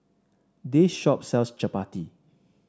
this shop sells Chappati